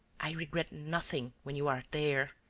i regret nothing, when you are there!